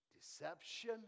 deception